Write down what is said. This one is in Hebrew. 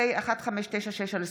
פ/1596/24,